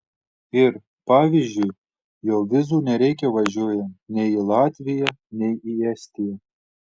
ir pavyzdžiui jau vizų nereikia važiuojant nei į latviją nei į estiją